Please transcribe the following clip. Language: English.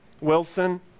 Wilson